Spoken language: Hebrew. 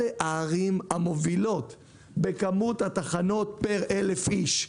אלה הערים המובילות בכמות התחנות פר 1,000 איש.